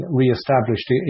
reestablished